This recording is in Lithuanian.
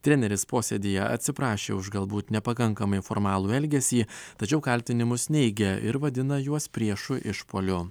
treneris posėdyje atsiprašė už galbūt nepakankamai formalų elgesį tačiau kaltinimus neigia ir vadina juos priešų išpuoliu